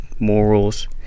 morals